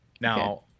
Now